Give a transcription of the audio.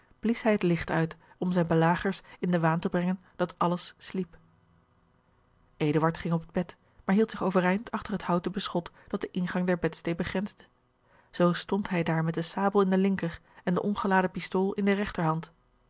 blies hij het licht uit om zijne belagers in den waan te brengen dat alles sliep eduard ging op het bed maar hield zich overeind achter het houten beschot dat den ingang der bedsteê begrensde zoo stond hij daar met de sabel in de linker en de ongeladen pistool in de